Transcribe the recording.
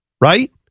Right